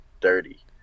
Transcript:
dirty